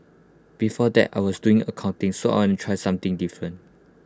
before that I was doing accounting so I want to try something different